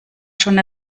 schon